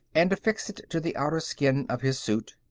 and affix it to the outer skin of his suit.